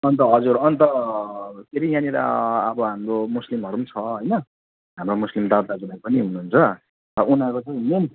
अन्त हजुर अन्त अँ फेरि यहाँनिर अब हाम्रो मुस्लिमहरू पनि छ होइन हाम्रो मुस्लिम दा दाजुभाइ पनि हुनुहुन्छ अँ उनीहरूको चाहिँ मेन